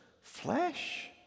flesh